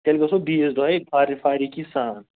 تیٚلہِ گژھو بیٚیِس دۄہ یہِ فاریکی سان